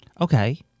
Okay